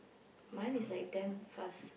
mine is like damn fast